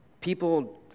people